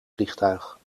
vliegtuig